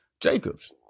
Jacobs